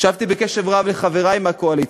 והקשבתי בקשב רב לחברי מהקואליציה.